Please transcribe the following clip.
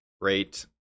great